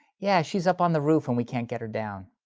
yeah, she's up on the roof and we can't get her down.